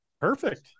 Perfect